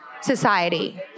society